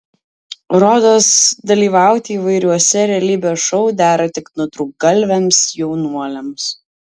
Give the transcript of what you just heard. rodos dalyvauti įvairiuose realybės šou dera tik nutrūktgalviams jaunuoliams